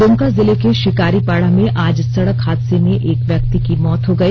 द्मका जिले के प्रिकारीपाड़ा में आज सड़क हादसे में एक व्यक्ति की मौत हो गई